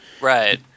Right